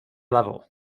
level